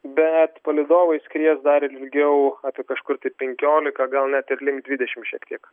bet palydovai skries dar ilgiau apie kažkur tai penkiolika gal net ir link dvidešim šiek tiek